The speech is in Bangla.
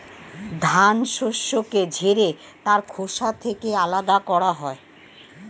ধান শস্যকে ঝেড়ে তার খোসা থেকে আলাদা করা হয়